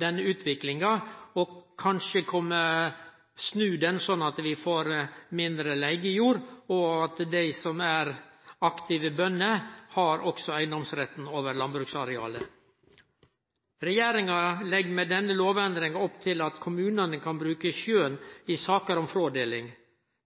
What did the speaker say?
denne utviklinga, og kanskje snu den sånn at vi får mindre leigejord, og at dei som er aktive bønder, også har eigedomsretten over landbruksarealet. Regjeringa legg med denne lovendringa opp til at kommunane kan bruke skjøn i saker om frådeling.